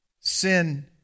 Sin